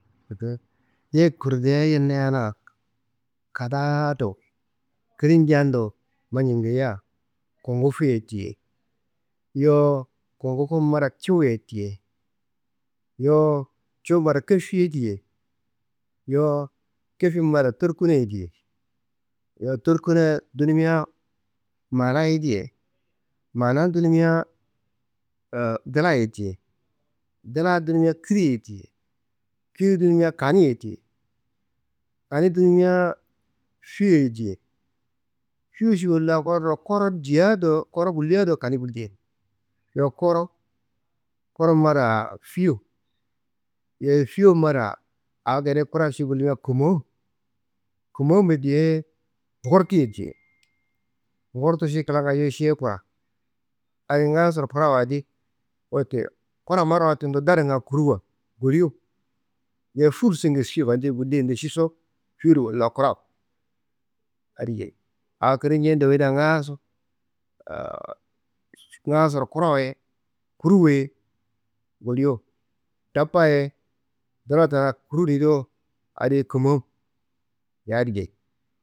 Yeyi kurudiaá yerneá kadaa dowoi kirin jeando manei geyia kungu feye diye. Yowo kungu kum mbada cuwuye diye. Yowo cuwu mbada kefe diye. Yowo kefe mbada ndorkunaye diye. Yowo ndorkuna dunumia, manan diye, manan dunumia, dlaye diye, dla dunumia, kiriye diye, kiri dunumia, kaniye diye, kani dunumia, feye diye, feye ši woli kura do, kuro diyea do kuro ngullia do, kani ngullein. Yowo kuro kuro mbada feye, feye mbada awo ngede kura ši kumo. Kumombe diye, ngurteye diye, ngurtu ši klanga šiye kura adi ngaaso kurawa adi, wote kura marawado tundo datunga kuruwa goleo. Yowo furso kesnei fande ngullenu šiso feyero wolla kurawo adi geyi. Awo kiri n jea- n dowoina ngaaso ngaasoroye kurawa ye kuruwo ye goleo, dabba ye duna tena kurunu do adi kumowu, do adi geyi.